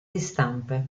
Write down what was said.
ristampe